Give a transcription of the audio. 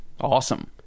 Awesome